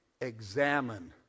examine